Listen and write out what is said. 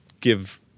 give